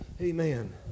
Amen